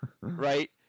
Right